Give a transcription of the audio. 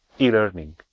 e-learning